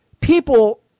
people